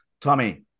Tommy